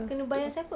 kena bayar siapa